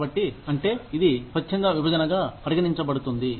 కాబట్టి అంటే ఇది స్వచ్ఛంద విభజన గా పరిగణించబడుతుంది